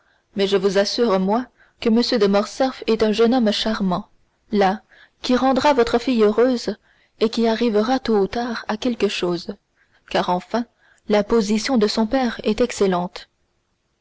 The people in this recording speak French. mais je vous assure moi que m de morcerf est un jeune homme charmant là qui rendra votre fille heureuse et qui arrivera tôt ou tard à quelque chose car enfin la position de son père est excellente